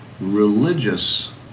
religious